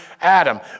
Adam